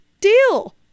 deal